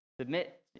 submit